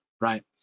right